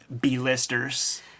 b-listers